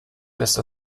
lässt